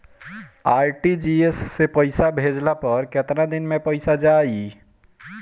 RTGS से पईसा भेजला पर केतना दिन मे पईसा जाई?